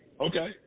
Okay